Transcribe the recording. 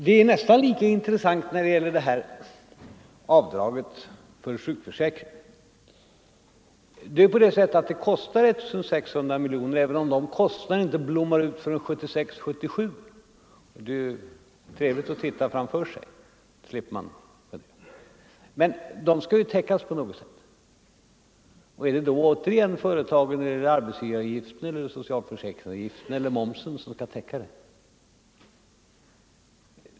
Det är nästan lika intressant när det gäller avdraget för sjukförsäkringen. Det kostar 1600 miljoner kronor, och även om de kostnaderna inte blommar ut förrän 1976/77, skall dessa kostnader täckas på något sätt. Skall då återigen företagen stå för kostnadstäckningen genom en ökad arbetsgivaravgift eller socialförsäkringsavgift eller genom en ökad mervärdeskatt?